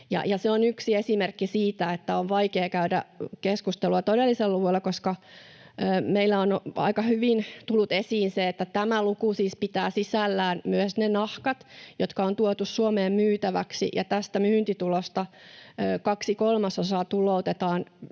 Se on yksi esimerkki siitä, että on vaikea käydä keskustelua todellisilla luvuilla, koska meillä on aika hyvin tullut esiin se, että tämä luku siis pitää sisällään myös ne nahkat, jotka on tuotu Suomeen myytäviksi, ja tästä myyntitulosta kaksi kolmasosaa tuloutetaan